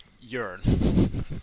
Urine